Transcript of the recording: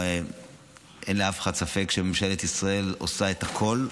אין לאף אחד ספק שממשלת ישראל עושה הכול,